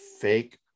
fake